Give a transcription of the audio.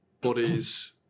bodies